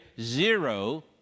zero